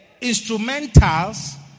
instrumentals